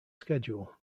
schedule